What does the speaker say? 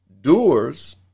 doers